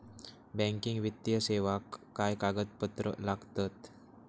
Banking वित्तीय सेवाक काय कागदपत्र लागतत?